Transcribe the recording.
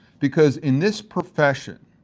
because. in this profession.